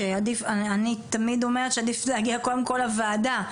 אני תמיד אומרת שעדיף להגיע קודם כל לוועדה.